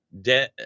de